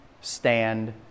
stand